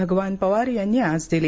भगवान पवार यांनी आज दिली